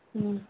ꯎꯝ